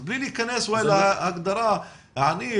אז בלי להכנס אולי להגדרה עני,